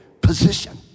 position